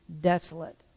desolate